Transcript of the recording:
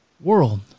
world